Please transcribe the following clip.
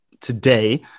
today